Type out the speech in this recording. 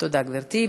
תודה, גברתי.